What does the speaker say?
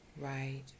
right